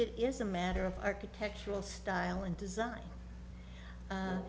it is a matter of architectural style and design